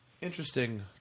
interesting